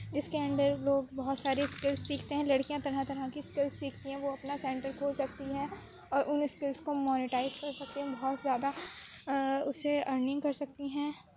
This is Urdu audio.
جس کے انڈر لوگ بہت سارے اسکلز سیکھتے ہیں لڑکیاں طرح طرح کی اسکلز سیکھتی ہیں وہ اپنا سینٹر کھول سکتی ہیں اور ان اسکلس کو مونیٹائز کر سکتی ہیں بہت زیادہ اس سے ارننگ کر سکتی ہیں